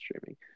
streaming